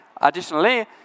Additionally